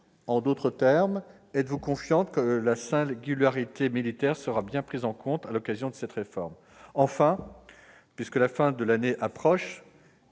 En d'autres termes, pouvez-vous nous certifier que la singularité militaire sera bien prise en compte à l'occasion de cette réforme ?